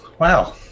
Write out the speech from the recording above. Wow